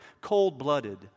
cold-blooded